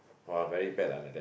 !wow! very bad ah like that